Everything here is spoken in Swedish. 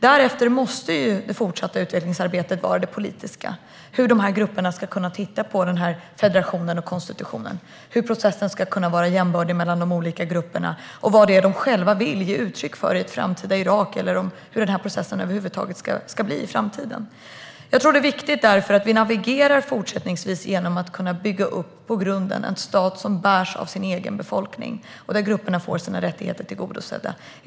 Därefter måste det fortsatta utvecklingsarbetet vara politiskt och handla om hur dessa grupper ska titta på federationen och konstitutionen, hur processen ska vara jämbördig mellan grupperna, vad det är de själva vill ge uttryck för i ett framtida Irak och hur denna process över huvud taget ska bli i framtiden. Därför är det viktigt att vi fortsättningsvis navigerar genom att bygga upp på grunden en stat som bärs av sin egen befolkning och där grupperna får sina rättigheter tillgodosedda.